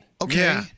Okay